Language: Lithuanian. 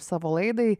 savo laidai